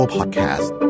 Podcast